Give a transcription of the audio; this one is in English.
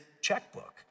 checkbook